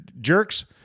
jerks